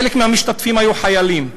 חלק מהמשתתפים היו חיילים.